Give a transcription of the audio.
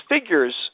figures